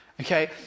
okay